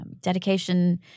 dedication